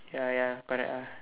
ya ya correct ah